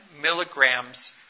milligrams